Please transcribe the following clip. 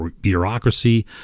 bureaucracy